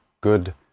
good